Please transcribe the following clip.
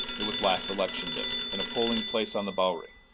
it was last election day, in a polling place on the bowery.